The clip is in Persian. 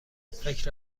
فکر